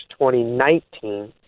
2019